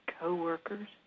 co-workers